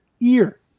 ear